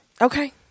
Okay